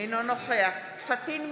אינו נוכח פטין מולא,